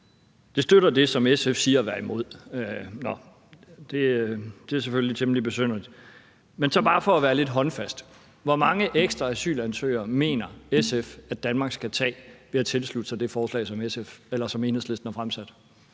støtter det, som man i SF siger man er imod. Nå, det er selvfølgelig temmelig besynderligt, men så bare for at være lidt håndfast: Hvor mange ekstra asylansøgere mener SF at Danmark skal tage ved at tilslutte sig det forslag, som Enhedslisten har fremsat?